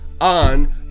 on